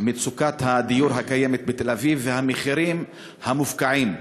מצוקת הדיור הקיימת בתל-אביב והמחירים המופקעים.